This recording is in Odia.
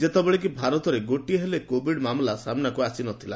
ଯେତେବେଳେ କି ଭାରତରେ ଗୋଟିଏ ହେଲେ କୋଭିଡ୍ ମାମଲା ସାମ୍ବାକୁ ଆସିନଥିଲା